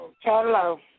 Hello